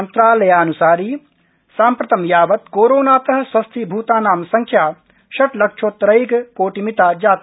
मंत्रालयान्सारि साम्प्रतं यावत् कोरोनात स्वस्थीभूतानां संख्या षट्लक्षोत्तरैक कोटिमिता जाता